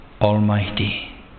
almighty